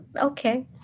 okay